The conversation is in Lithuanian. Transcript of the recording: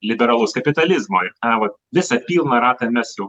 liberalaus kapitalizmo ir ta vat visą pilną ratą mes jau